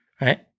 right